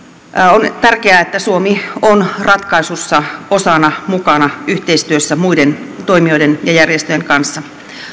on tärkeää että suomi on ratkaisussa osana mukana yhteistyössä muiden toimijoiden ja järjestöjen kanssa